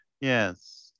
Yes